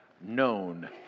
known